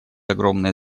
огромное